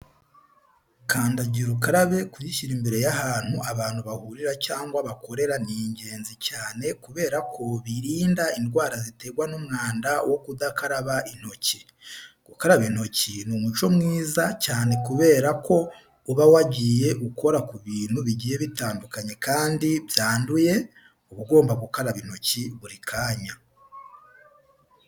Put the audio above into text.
Kandagira ukarabe kuyishyira imbere y'ahantu abantu bahurira cyangwa bakorera ni ingenzi cyane kubera ko birinda indwara ziterwa n'umwanda wo kudakaraba intoki. Gukaraba intoki ni umuco mwiza cyane kubera ko uba wagiye ukora ku bintu bigiye bitadukanye kandi byanduye, uba ugomba gukaraba intoki buri kanya.